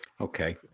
okay